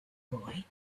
boy